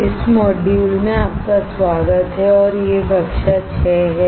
इस मॉड्यूल में आपका स्वागत है और ये कक्षा 6 हैं